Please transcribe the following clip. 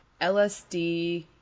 LSD